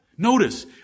Notice